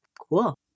cool